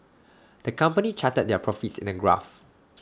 the company charted their profits in A graph